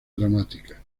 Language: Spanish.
dramática